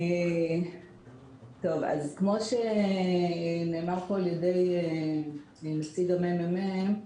כמו שנאמר פה על ידי נציג הממ"מ,